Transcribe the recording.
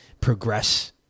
progress